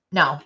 no